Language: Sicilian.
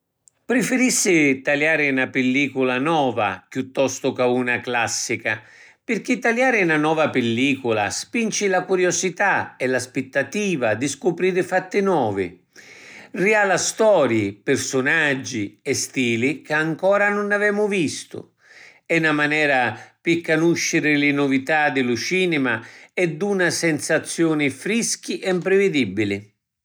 Prifirissi taliari na pillicula nova chiuttostu ca una classica pirchì taliari na nova pillicula spinci la curiusità e l’aspittativa di scupriri fatti novi. Rijala storii, pirsunaggi e stili ca ancora nun avemu vistu. È na manera pi canusciri li nuvità di lu cinima e duna sensaziuni frischi e mprividibili.